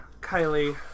Kylie